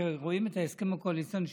כשרואים את ההסכם הקואליציוני,